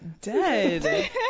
dead